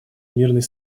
мирной